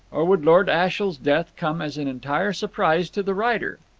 or would lord ashiel's death come as an entire surprise to the writer?